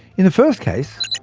in the first case,